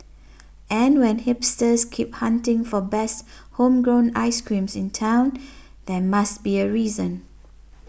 and when hipsters keep hunting for best homegrown ice creams in town there must be a reason